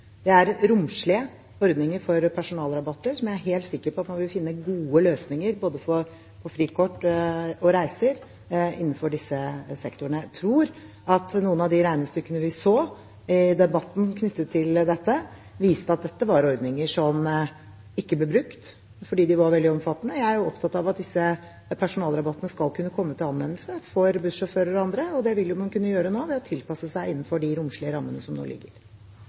Det er romslige ordninger for personalrabatter, som jeg er helt sikker på at man vil finne gode løsninger for, både for frikort og reiser, innenfor disse sektorene. Jeg tror at noen av de regnestykkene vi så i debatten om dette, viste at dette var ordninger som ikke blir brukt fordi de var veldig omfattende. Jeg er opptatt av at disse personalrabattene skal kunne komme til anvendelse for bussjåfører og andre, og det vil man jo kunne gjøre nå ved å tilpasse seg innenfor de romslige rammene som nå ligger